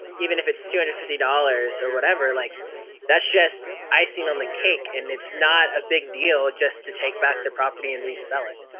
even if it's two hundred and fifty dollars or whatever, like that's just icing on the cake and it's not a big deal just to take back the property and resell it.